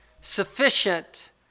sufficient